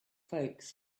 folks